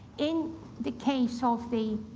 in the case of the